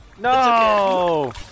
No